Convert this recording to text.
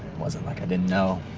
wasn't like i didn't know.